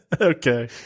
Okay